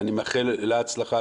ואני מאחל לה הצלחה,